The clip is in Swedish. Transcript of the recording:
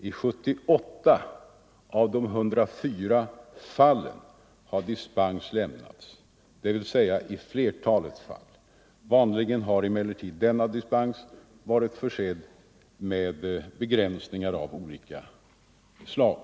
I 78 av de 104 fallen har - Nr 126 dispens lämnats, dvs. i flertalet fall. Vanligen har emellertid denna dis Torsdagen den pens varit försedd med begränsningar av olika slag.